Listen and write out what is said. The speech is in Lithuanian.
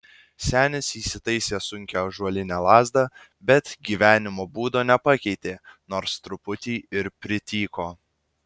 senis įsitaisė sunkią ąžuolinę lazdą bet gyvenimo būdo nepakeitė nors truputį ir prityko